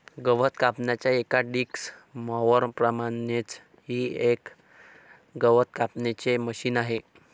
गवत कापण्याच्या एका डिक्स मॉवर प्रमाणेच हे ही एक गवत कापण्याचे मशिन आहे